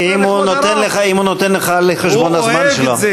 אם הוא נותן לך על חשבון הזמן שלו.